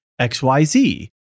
XYZ